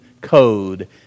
code